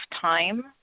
time